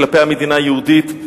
כלפי המדינה היהודית,